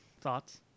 Thoughts